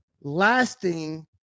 lasting